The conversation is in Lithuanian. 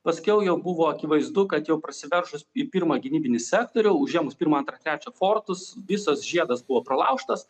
paskiau jau buvo akivaizdu kad jau prasiveržus į pirmą gynybinį sektorių užėmus pirmą antrą trečią fortus visos žiedas buvo pralaužtas